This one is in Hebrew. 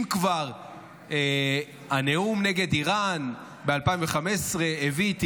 אם כבר הנאום נגד איראן ב-2015 הביא את